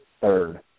third